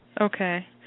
Okay